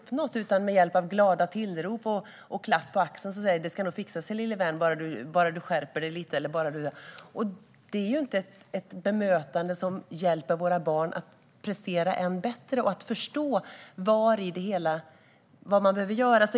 I stället har man fått höra, så att säga med glada tillrop och en klapp på axeln, att det nog ska fixa sig, lille vän, bara du skärper dig lite. Det är inte ett bemötande som hjälper våra barn att prestera bättre och förstå vad de behöver göra.